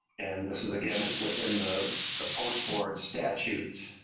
and this is again within the the post sports statutes.